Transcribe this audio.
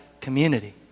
community